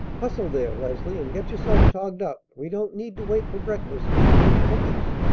hustle there, leslie, and get yourself togged up. we don't need to wait for breakfast we can eat cookies.